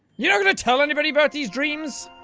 you're not going to tell anybody about these dreams?